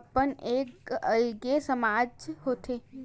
अपन एक अलगे समाज होथे